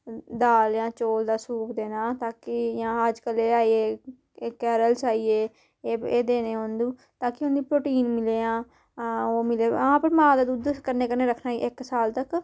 दाल जां चोल दा सूप देना तां कि जियां अज्जकल एह् आई गे केरेलास आई गे एह् देने ओनू तां कि उंदी प्रोटीन मिले जां ओह् मिलग हा पर मां दा दूध कन्नै कन्नै रक्खना इक साल तक